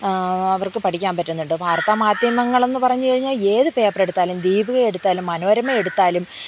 അവർക്ക് പഠിക്കാൻ പറ്റുന്നുണ്ട് വാർത്താ മാധ്യമങ്ങളെന്ന് പറഞ്ഞു കഴിഞ്ഞാൽ ഏത് പേപ്പർ എടുത്താലും ദീപിക എടുത്താലും മനോരമ എടുത്താലും